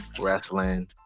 wrestling